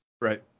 Right